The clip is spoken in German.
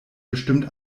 bestimmt